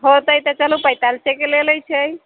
होतै तऽ चलू पैंतालिस टके लऽ लैत छै